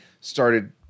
started